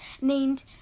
named